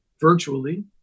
virtually